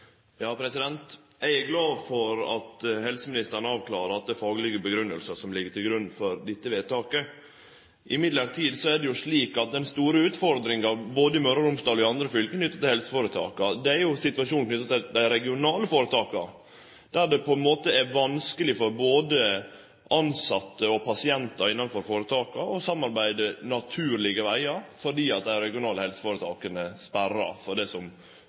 Eg er glad for at helseministeren avklarer at det er faglege grunngjevingar for dette vedtaket. Likevel er det slik at den store utfordringa for helseføretaka både i Møre og Romsdal og i andre fylke jo er situasjonen knytt til dei regionale føretaka, då det på ein måte er vanskeleg for både tilsette og pasientar innanfor føretaka å samarbeide naturlege vegar, fordi dei regionale helseføretaka sperrar for det som